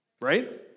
right